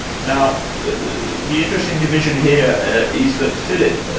now the the interesting division here is that philip,